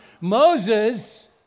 Moses